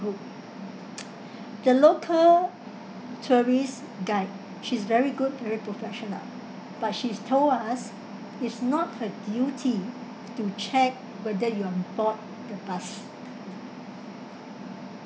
group the local tourist guide she's very good very professional but she's told us it's not her duty to check whether you on board the bus